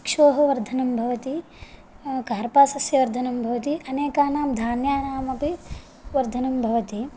इक्षोः वर्धनं भवति कार्पासस्य वर्धनं भवति अनेकानां धान्यानामपि वर्धनं भवति